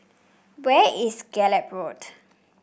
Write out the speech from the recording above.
where is Gallop Road